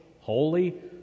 holy